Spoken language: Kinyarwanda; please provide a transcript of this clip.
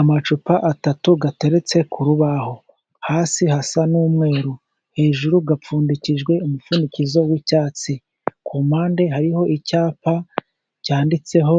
Amacupa atatu ateretse ku rubaho, hasi hasa n'umweru, hejuru apfundikijwe umupfundikizo w'icyatsi, ku mpande hariho icyapa cyanditseho